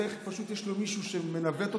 פשוט יש מישהו שמנווט אותו,